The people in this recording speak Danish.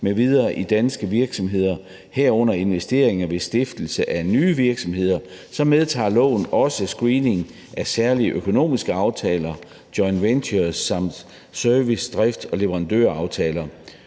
m.v. i danske virksomheder, herunder investeringer ved stiftelse af nye virksomheder, medtager loven også screening af særlige økonomiske aftaler, joint ventures samt service, drift og leverandøraftaler